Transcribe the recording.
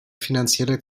finanzielle